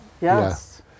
yes